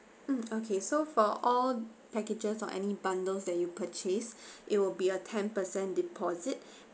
mm okay so for all packages or any bundles that you purchase it will be a ten percent deposit